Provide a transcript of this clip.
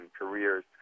careers